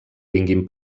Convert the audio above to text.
vinguin